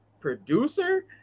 producer